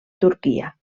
turquia